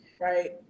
right